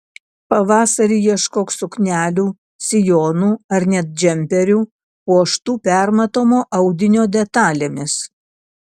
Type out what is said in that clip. pavasarį ieškok suknelių sijonų ar net džemperių puoštų permatomo audinio detalėmis